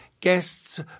guests